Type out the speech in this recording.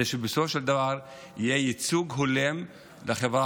כדי שבסופו של דבר יהיה ייצוג הולם לחברה